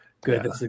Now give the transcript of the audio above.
Good